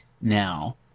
now